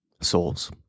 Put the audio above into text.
souls